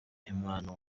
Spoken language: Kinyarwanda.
impanuro